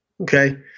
Okay